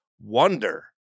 wonder